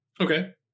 Okay